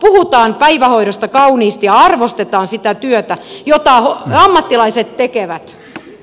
puhutaan päivähoidosta kauniisti ja arvostetaan sitä työtä jota ammattilaiset tekevät